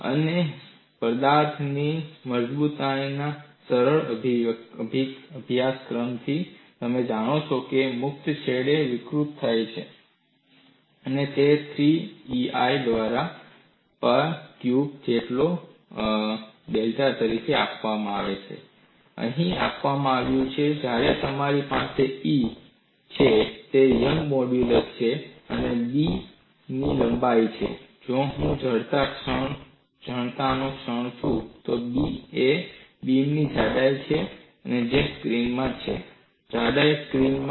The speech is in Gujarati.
અને પદાર્થની મજબૂતાઈના સરળ અભ્યાસક્રમથી તમે જાણો છો કે મુક્ત છેડે વિકૃતિ શું છે અને તે 3EI દ્વારા પા ક્યુબ જેટલો ડેલ્ટા તરીકે આપવામાં આવે છે તે અહીં આપવામાં આવ્યું છે જ્યાં તમારી પાસે E છે તે યંગનું મોડ્યુલસ છે એ બીમની લંબાઈ છે હું જડતાનો ક્ષણ છું બી એ બીમની જાડાઈ છે જે સ્ક્રીનમાં છે જાડાઈ સ્ક્રીનમાં છે